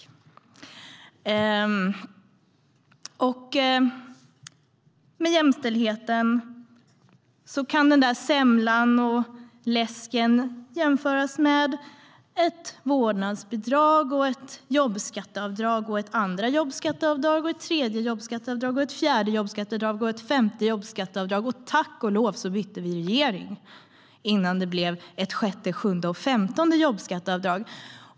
När det gäller jämställdheten kan den där semlan och läsken jämföras med ett vårdnadsbidrag och ett jobbskatteavdrag, ett andra jobbskatteavdrag, ett tredje jobbskatteavdrag, ett fjärde jobbskatteavdrag och ett femte jobbskatteavdrag. Men tack och lov bytte vi regering innan det blev ett sjätte, sjunde och femtonde jobbskatteavdrag.